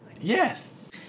Yes